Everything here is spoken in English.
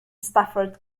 stafford